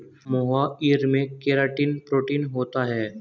मोहाइर में keratin protein होता है